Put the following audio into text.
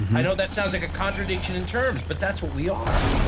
i know that sounds like a contradiction in terms, but that's what we are.